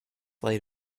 light